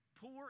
Poor